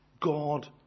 God